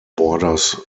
borders